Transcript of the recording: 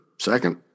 second